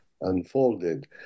unfolded